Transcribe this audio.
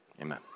Amen